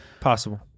Possible